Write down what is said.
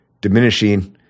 diminishing